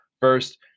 first